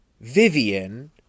Vivian